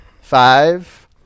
Five